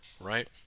right